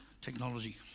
Technology